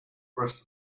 rest